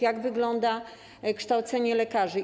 Jak wygląda kształcenie lekarzy?